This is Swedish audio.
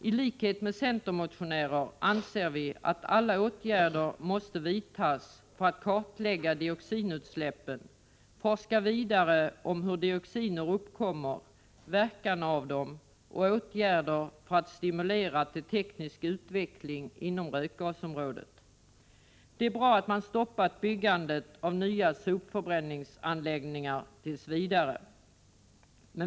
I likhet med centermotionärer anser vi att alla åtgärder måste vidtas för att kartlägga dioxinutsläppen, att man måste forska vidare om hur dioxiner uppkommer och vilken verkan de har och att åtgärder måste vidtas för att stimulera till teknisk utveckling inom rökgasområdet. Det är bra att man stoppat byggandet av nya sopförbränningsanläggningar tills vidare.